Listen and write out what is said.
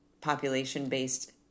population-based